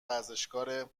ورزشکاره